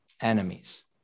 enemies